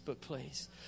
please